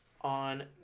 on